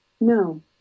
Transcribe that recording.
No